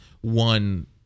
one